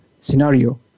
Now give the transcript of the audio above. scenario